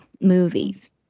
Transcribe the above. movies